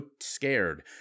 scared